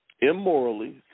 immorally